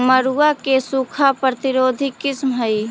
मड़ुआ के सूखा प्रतिरोधी किस्म हई?